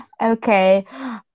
Okay